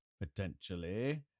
Potentially